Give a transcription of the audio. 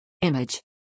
Image